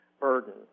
burden